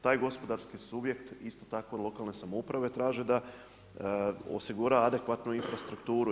Taj gospodarski subjekt isto tako lokalne samouprave traže da osigura adekvatnu infrastrukturu.